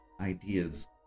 ideas